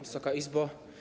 Wysoka Izbo!